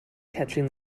catching